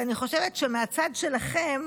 ואני חושבת שמהצד שלכם